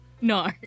No